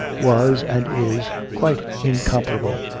was, and is, quite incomparable.